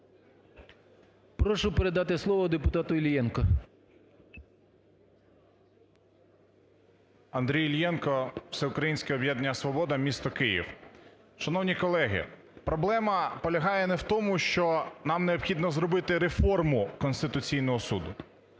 Прошу передати слово депутату Іллєнку. 12:03:52 ІЛЛЄНКО А.Ю. Андрій Іллєнко, Всеукраїнське об'єднання "Свобода", місто Київ. Шановні колеги, проблема полягає не в тому, що нам необхідно зробити реформу Конституційного Суду,